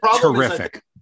terrific